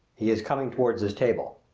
he is coming toward this table.